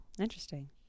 interesting